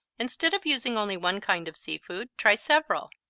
instead of using only one kind of sea food, try several,